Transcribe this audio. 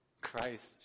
Christ